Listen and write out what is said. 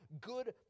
good